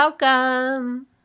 Welcome